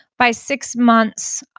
by six months,